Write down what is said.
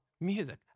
music